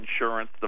Insurance